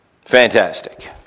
Fantastic